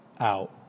out